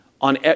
on